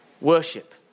Worship